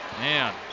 Man